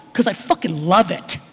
cause i fuckin love it.